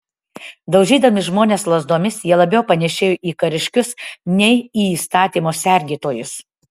daužydami žmones lazdomis jie labiau panėšėjo į kariškius nei į įstatymo sergėtojus